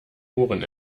ohren